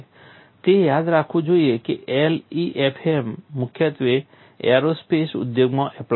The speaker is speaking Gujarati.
તે યાદ રાખવું જોઈએ કે LEFM મુખ્યત્વે એરોસ્પેસ ઉદ્યોગમાં એપ્લાય થાય છે